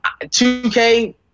2K